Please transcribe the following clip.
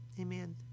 amen